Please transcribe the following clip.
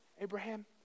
Abraham